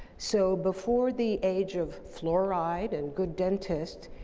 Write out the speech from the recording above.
so, before the age of fluoride and good dentists,